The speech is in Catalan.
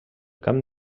camp